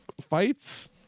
fights